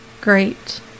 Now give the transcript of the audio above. great